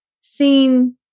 seen